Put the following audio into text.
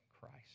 Christ